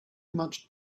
much